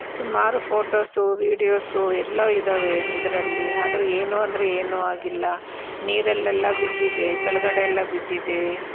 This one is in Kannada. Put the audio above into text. ಸುಮಾರು ಫೋಟೋಸು ವಿಡಿಯೋಸು ಎಲ್ಲ ಇದ್ದಾವೆ ಇದರಲ್ಲಿ ಆದರೂ ಏನೂ ಅಂದರೆ ಏನು ಆಗಿಲ್ಲ ನೀರಲ್ಲೆಲ್ಲ ಬಿದ್ದಿದೆ ಕೆಳಗಡೆಯೆಲ್ಲ ಬಿದ್ದಿದೆ